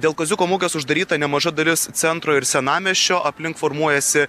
dėl kaziuko mugės uždaryta nemaža dalis centro ir senamiesčio aplink formuojasi